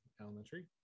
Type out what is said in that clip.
elementary